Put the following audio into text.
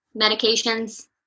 medications